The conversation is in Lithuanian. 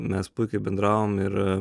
mes puikiai bendravom ir